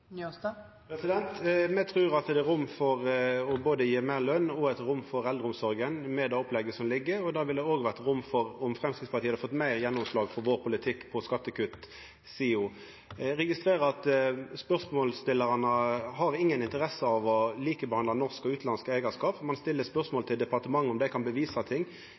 med det opplegget som ligg. Det ville det òg vore rom for om Framstegspartiet hadde fått meir gjennomslag for vår politikk på skattekuttsida. Eg registrerer at spørsmålsstillaren har inga interesse av å likebehandla norsk og utanlandsk eigarskap. Ein stiller spørsmål til departementet om dei kan bevisa ting.